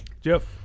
Jeff